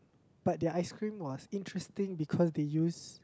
but their ice cream was interesting because they use